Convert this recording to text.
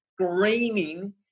screaming